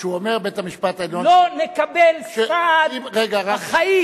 כשהוא אומר, בית-המשפט העליון, לא נקבל סעד בחיים.